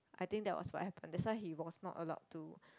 I think that was what happened that's why he was not allowed to